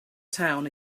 town